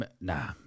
Nah